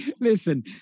listen